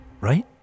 Right